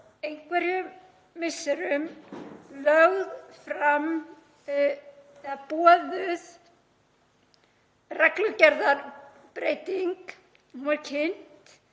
einhverjum misserum var lögð fram eða boðuð reglugerðarbreyting. Hún var kynnt